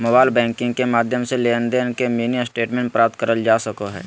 mobile banking के माध्यम से लेनदेन के मिनी स्टेटमेंट प्राप्त करल जा सको हय